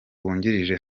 wungirije